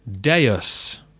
Deus